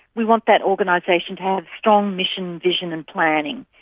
we want that organisation to have strong mission, vision and planning,